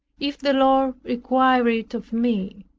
if the lord required it of me.